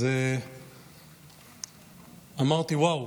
אמרתי: ואו,